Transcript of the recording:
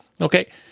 Okay